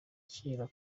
kera